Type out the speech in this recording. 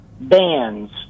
bands